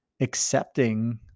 accepting